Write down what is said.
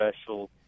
special